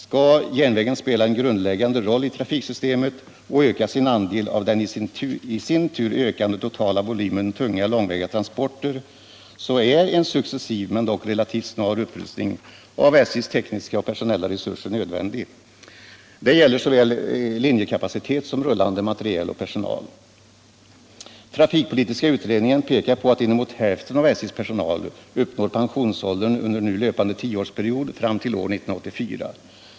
Skall järnvägen spela en grundläggande roll i trafik Traftikpolitiken Trafikpolitiken systemet och öka sin andel av den i sin tur ökande totala volymen tunga långväga transporter, så är en successiv men dock relativt snar upprustning av SJ:s tekniska och personella resurser nödvändig. Detta gäller såväl linjekapacitet som rullande materiel och personal.. Trafikpolitiska utredningen pekar på att inemot hälften av SJ:s personal uppnår pensionsåldern under nu löpande tioårsperiod fram till år 1984.